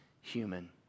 human